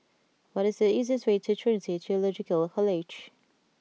what is the easiest way to Trinity Theological College